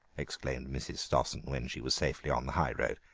exclaimed mrs. stossen when she was safely on the high road.